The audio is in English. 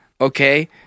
okay